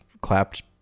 clapped